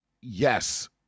Yes